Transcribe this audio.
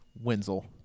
Wenzel